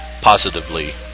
positively